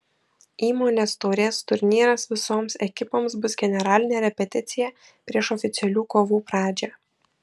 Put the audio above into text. įmonės taurės turnyras visoms ekipoms bus generalinė repeticija prieš oficialių kovų pradžią